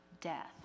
death